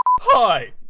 Hi